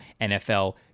NFL